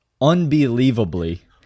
unbelievably